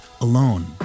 alone